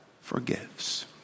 forgives